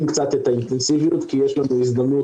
קצת את האינטנסיביות כי יש לנו הזדמנות.